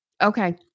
Okay